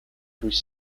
through